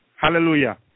Hallelujah